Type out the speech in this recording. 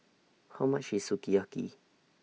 How much IS Sukiyaki